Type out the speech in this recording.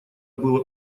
было